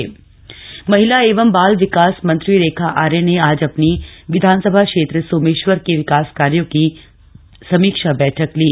समीक्षा बैठक महिला एवं बाल विकास मंत्री रेखा आर्या ने आज अपनी विधानसभा क्षेत्र सोमेश्वर के विकास कार्यो की समीक्षा बैठक ली